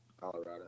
Colorado